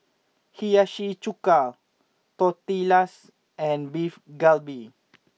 Hiyashi Chuka Tortillas and Beef Galbi